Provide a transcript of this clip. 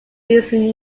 recent